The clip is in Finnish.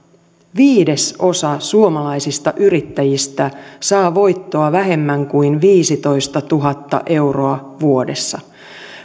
viidesosa suomalaisista yrittäjistä saa voittoa vähemmän kuin viisitoistatuhatta euroa vuodessa